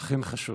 אכן חשוב.